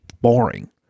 boring